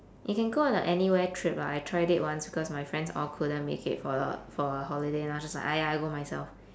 you can go on a anywhere trip lah I tried it once because my friends all couldn't make it for a for a holiday lah I was just like !aiya! I go myself